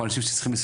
או איזה תינוק.